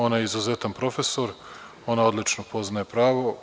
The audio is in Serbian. Ona je izuzetan profesor, ona odlično poznaje pravo.